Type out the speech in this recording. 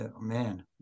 man